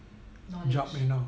knowledge